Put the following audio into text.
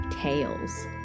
tails